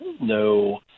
no